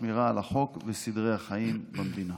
שמירה על החוק וסדרי החיים במדינה.